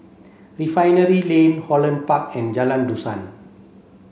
Refinery Lane Holland Park and Jalan Dusan